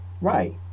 Right